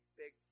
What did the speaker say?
big